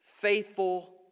faithful